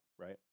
Right